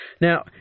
Now